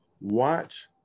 watch